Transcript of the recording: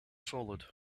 solid